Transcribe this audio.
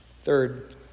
Third